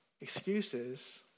Excuses